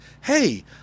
hey